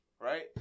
right